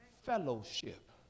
fellowship